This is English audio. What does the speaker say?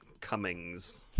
cummings